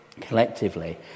collectively